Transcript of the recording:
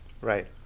right